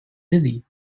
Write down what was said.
dizzy